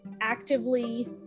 actively